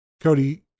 Cody